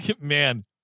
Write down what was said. man